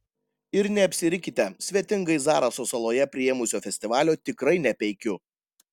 ir neapsirikite svetingai zaraso saloje priėmusio festivalio tikrai nepeikiu